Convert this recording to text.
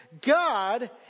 God